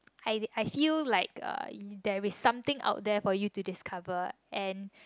I I feel like there's something out there for you to discover